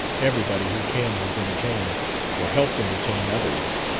everybody who came was entertained or helped entertain others.